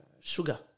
sugar